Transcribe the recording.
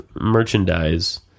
merchandise